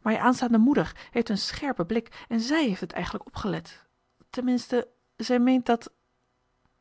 maar je aanstaande moeder heeft een scherpe blik en zij heeft t eigenlijk opgelet ten minste zij meent dat